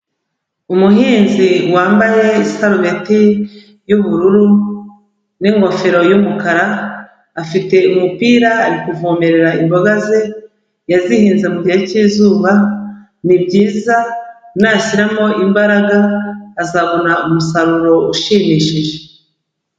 Umuhinzi wambaye isarubetti y'ubururu n'ingofero y'umukara, afite umupira ari kuvomerera imboga ze yazihinze mu gihe cy'izuba. Ni byiza, nashyiramo imbaraga azabona umusaruro ushimishije.